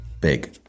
Big